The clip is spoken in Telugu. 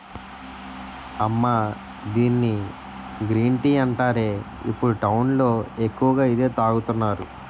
అమ్మా దీన్ని గ్రీన్ టీ అంటారే, ఇప్పుడు టౌన్ లో ఎక్కువగా ఇదే తాగుతున్నారు